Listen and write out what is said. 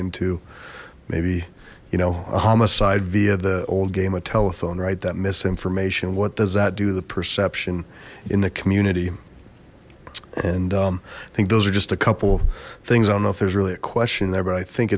into maybe you know a homicide via the old game of telephone right that misinformation what does that do the perception in the community and i think those are just a couple things i don't know if there's really a question there but i think